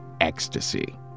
ecstasy